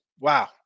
wow